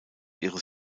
ihres